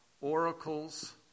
oracles